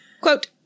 Quote